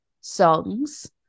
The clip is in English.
songs